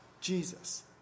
Jesus